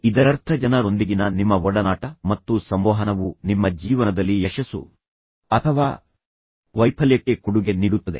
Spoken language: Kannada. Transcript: ಇದರರ್ಥ ಜನರೊಂದಿಗಿನ ನಿಮ್ಮ ಒಡನಾಟ ಮತ್ತು ಸಂವಹನವು ನಿಮ್ಮ ಜೀವನದಲ್ಲಿ ಯಶಸ್ಸು ಅಥವಾ ವೈಫಲ್ಯಕ್ಕೆ ಕೊಡುಗೆ ನೀಡುತ್ತದೆ